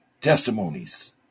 testimonies